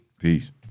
Peace